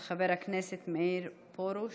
של חבר הכנסת מאיר פרוש.